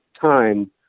time